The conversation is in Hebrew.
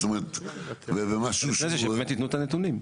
זאת אומרת --- בסדר, שבאמת יתנו את הנתונים.